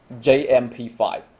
jmp5